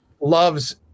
loves